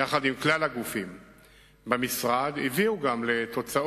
יחד עם כלל הגופים במשרד, הביאה גם לתוצאות: